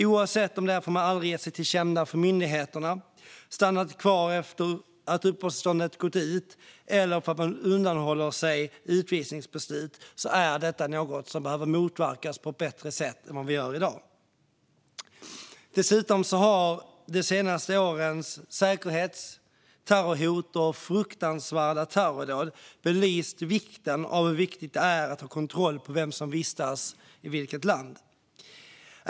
Oavsett om det är för att de aldrig gett sig tillkänna för myndigheterna, stannat kvar efter att uppehållstillstånd gått ut eller undanhållit sig från ett utvisningsbeslut är detta något som behöver motverkas på ett bättre sätt än vad vi gör i dag. Dessutom har de senaste årens säkerhetshot, terrorhot och fruktansvärda terrordåd belyst hur viktigt det är att ha kontroll på vem som vistas i vilket land.